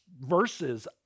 verses